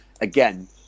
again